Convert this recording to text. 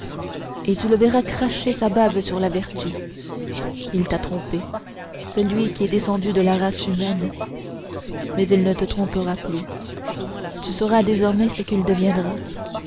et tu le verras cracher sa bave sur la vertu il t'a trompé celui qui est descendu de la race humaine mais il ne te trompera plus tu sauras désormais ce qu'il deviendra